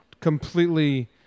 completely